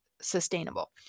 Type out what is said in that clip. sustainable